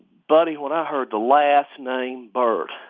buddy, when i heard the last name burt,